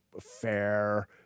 fair